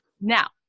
Now